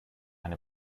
eine